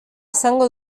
izango